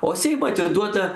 o seimą atiduoda